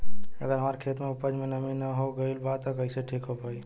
अगर हमार खेत में उपज में नमी न हो गइल बा त कइसे ठीक हो पाई?